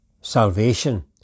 salvation